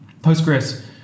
Postgres